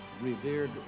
revered